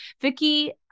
Vicky